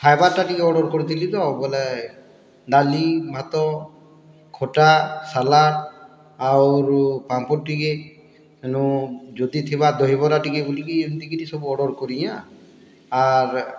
ଖାଇବାର୍ ଟା ଟିକେ ଅର୍ଡ଼ର୍ କରିଥିଲି ତ ବୋଇଲେ ଡାଲି ଭାତ ଖଟା ସାଲାଟ୍ ଆରୁ ପାମ୍ପଡ଼ ଟିକେ ଯେଣୁ ଜୁଟି ଥିବା ଦହିବରା ଟିକେ ଘୁଟିକି ଏମିତି କିରିକି ସବୁ ଅର୍ଡ଼ର୍ କରିଆଁ ଆର୍